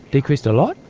decreased a lot?